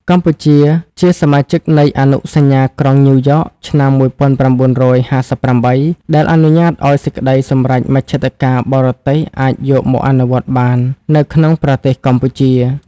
កម្ពុជាជាសមាជិកនៃអនុសញ្ញាក្រុងញូវយ៉កឆ្នាំ ១៩៥៨ ដែលអនុញ្ញាតឱ្យសេចក្តីសម្រេចមជ្ឈត្តការបរទេសអាចយកមកអនុវត្តបាននៅក្នុងប្រទេសកម្ពុជា។